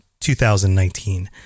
2019